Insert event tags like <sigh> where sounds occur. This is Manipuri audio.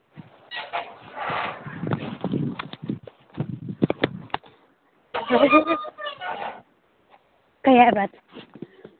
<unintelligible> ꯀꯔꯤ ꯍꯥꯏꯕ